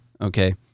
okay